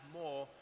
more